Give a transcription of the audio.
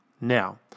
Now